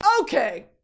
Okay